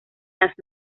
las